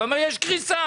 ואומר שיש קריסה